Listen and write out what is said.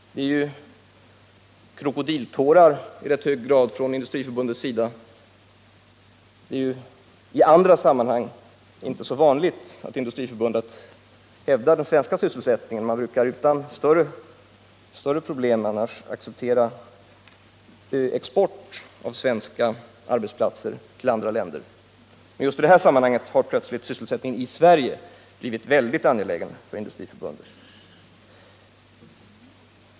Det är krokodiltårar som Industriförbundet fäller — i andra sammanhang är det inte så vanligt att Industriförbundet hävdar den svenska sysselsättningen. Man brukar utan större samvetskval acceptera export av svenska arbetsplatser till andra länder. Men just i detta sammanhang har plötsligt sysselsättningen i Sverige blivit väldigt angelägen för Industriförbundet.